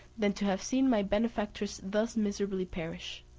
than to have seen my benefactress thus miserably perish.